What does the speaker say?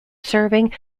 serving